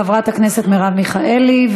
חברת הכנסת מרב מיכאלי,